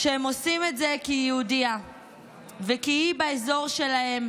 שהם עושים את זה כי היא יהודייה וכי היא באזור שלהם,